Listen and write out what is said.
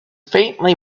faintly